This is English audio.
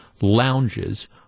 lounges